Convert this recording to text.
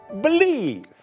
believe